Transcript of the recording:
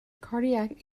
cardiac